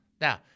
Now